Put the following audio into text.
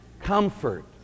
comfort